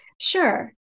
Sure